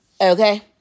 Okay